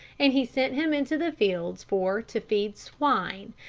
and he sent him into the fields for to feed swine,